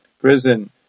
prison